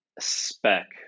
spec